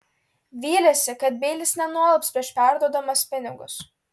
vylėsi kad beilis nenualps prieš perduodamas pinigus